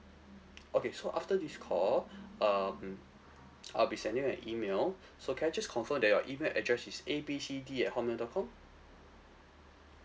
okay so after this call um I'll be sending an email so can I just confirm that your email address is A B C D at hotmail dot com